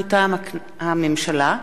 מטעם הממשלה: